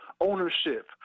ownership